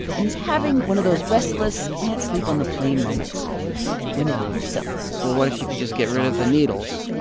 and he's having one of those restless can't-sleep-on-the-plane moments when it hits him well, what if you could just get rid of the needles?